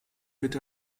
wird